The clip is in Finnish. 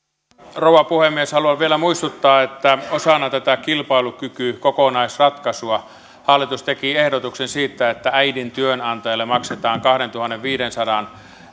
rouva puhemies haluan vielä muistuttaa että osana tätä kilpailukykykokonaisratkaisua hallitus teki ehdotuksen siitä että äidin työnantajalle maksetaan kahdentuhannenviidensadan